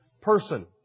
person